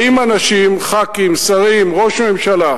באים אנשים, חברי כנסת, שרים, ראש ממשלה,